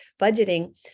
budgeting